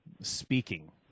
speaking